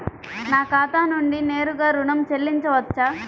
నా ఖాతా నుండి నేరుగా ఋణం చెల్లించవచ్చా?